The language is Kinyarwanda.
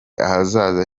ahazaza